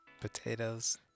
Potatoes